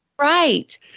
Right